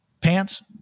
pants